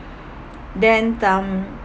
then um